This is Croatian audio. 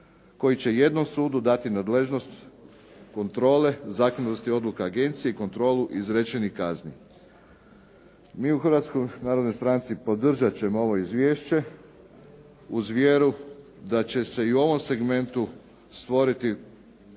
koji će jednom sudu dati nadležnost kontrole, zakonitosti odluka agencija i kontrolu izrečenih kazni. Mi u Hrvatskoj narodnoj stranci podržati ćemo ovo izvješće uz vjeru da će se i u ovom segmentu stvoriti